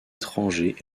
étrangers